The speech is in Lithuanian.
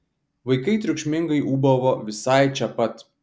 vaikai triukšmingai ūbavo visai čia pat